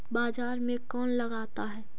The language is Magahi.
बाजार कौन लगाता है?